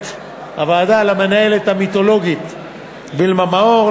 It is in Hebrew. הוועדה: למנהלת המיתולוגית וילמה מאור,